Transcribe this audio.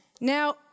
Now